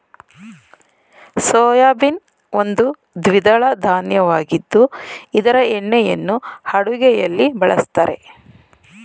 soybean ಒಂದು ದ್ವಿದಳ ಧಾನ್ಯವಾಗಿದ್ದು ಇದರ ಎಣ್ಣೆಯನ್ನು ಅಡುಗೆಯಲ್ಲಿ ಬಳ್ಸತ್ತರೆ